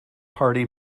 party